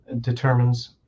determines